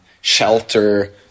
shelter